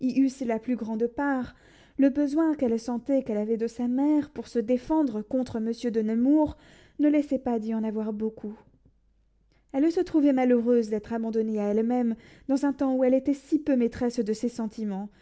la plus grande part le besoin qu'elle sentait qu'elle avait de sa mère pour se défendre contre monsieur de nemours ne laissait pas d'y en avoir beaucoup elle se trouvait malheureuse d'être abandonnée à elle-même dans un temps où elle était si peu maîtresse de ses sentiments